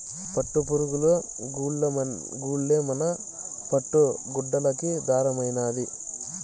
పట్టుపురుగులు గూల్లే మన పట్టు గుడ్డలకి దారమైనాది